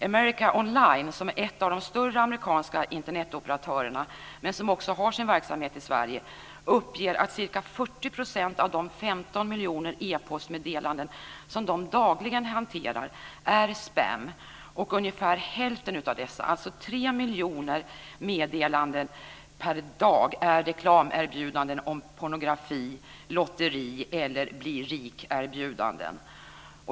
America Online, som är en av de större amerikanska Internetoperatörerna men som också har verksamhet i Sverige, uppger att ca 40 % av de 15 miljoner e-postmeddelanden som de dagligen hanterar är spam. Ungefär hälften av dessa, alltså 3 miljoner meddelanden per dag, är reklamerbjudanden om pornografi eller lotteri eller bli-rikerbjudanden.